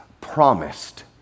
promised